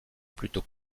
plutôt